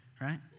Right